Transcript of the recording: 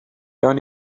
gawn